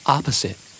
Opposite